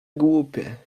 głupie